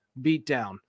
beatdown